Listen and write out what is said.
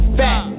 back